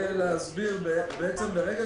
ברגע